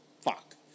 fuck